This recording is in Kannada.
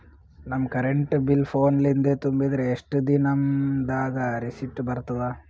ನಮ್ ಕರೆಂಟ್ ಬಿಲ್ ಫೋನ ಲಿಂದೇ ತುಂಬಿದ್ರ, ಎಷ್ಟ ದಿ ನಮ್ ದಾಗ ರಿಸಿಟ ಬರತದ?